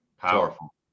Powerful